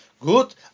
Good